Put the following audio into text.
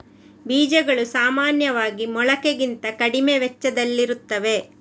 ಬೀಜಗಳು ಸಾಮಾನ್ಯವಾಗಿ ಮೊಳಕೆಗಿಂತ ಕಡಿಮೆ ವೆಚ್ಚದಲ್ಲಿರುತ್ತವೆ